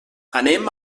anem